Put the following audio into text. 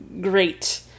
great